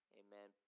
amen